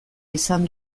izan